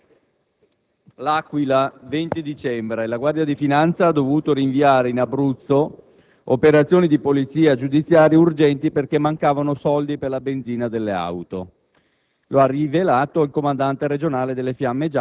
Paolo *(LNP)*. L'Aquila, 20 dicembre: la Guardia di finanza ha dovuto rinviare in Abruzzo operazioni di polizia giudiziaria urgenti perché mancavano soldi per la benzina delle auto.